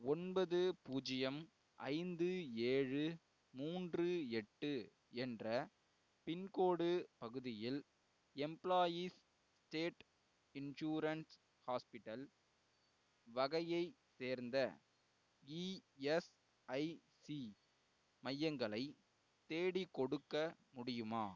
ஒன்பது பூஜ்யம் ஐந்து ஏழு மூன்று எட்டு என்ற பின்கோடு பகுதியில் எம்ப்ளாயீஸ் ஸ்டேட் இன்சூரன்ஸ் ஹாஸ்பிட்டல் வகையைச் சேர்ந்த இஎஸ்ஐசி மையங்களை தேடிக்கொடுக்க முடியுமா